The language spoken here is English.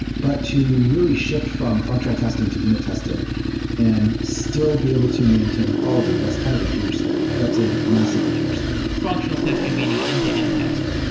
but to really shift from functional testing to unit testing and still be able to maintain quality, that's kind of a huge thing. that's a massively huge thing. functional testing, meaning end-to-end test.